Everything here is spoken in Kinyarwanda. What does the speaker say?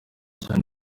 cyane